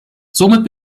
somit